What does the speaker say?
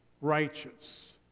righteous